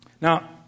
Now